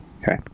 Okay